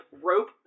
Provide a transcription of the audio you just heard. rope